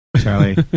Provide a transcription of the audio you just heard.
Charlie